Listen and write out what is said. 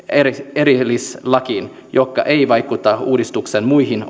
erillislakiin joka ei vaikuta uudistuksen muihin